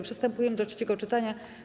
Przystępujemy do trzeciego czytania.